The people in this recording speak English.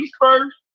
first